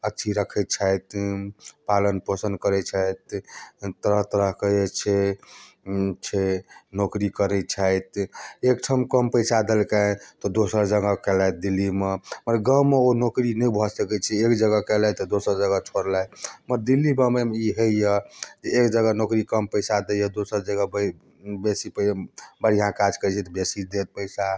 अच्छी रखै छथि पालन पोषण करै छथि तरह तरह के जे छै छै नौकरी करै छथि एकठम कम पैसा देलकै तऽ दोसर जगह केलथि दिल्ली मे आओर गाममे ओ नौकरी नहि भऽ सकै छै एक जगह केलथि तऽ दोसर जगह छोड़लथि मगर दिल्ली बम्बई मे ई है यऽ जे एक जगह नौकरी कम पैसा दै यऽ दोसर जगह बेसी पैसा बढ़िऑं काज करै छै तऽ बेसी देत पैसा